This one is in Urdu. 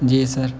جی سر